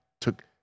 took